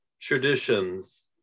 traditions